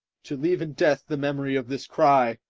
to leave in death the memory of this cry.